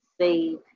save